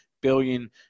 billion